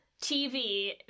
TV